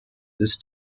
this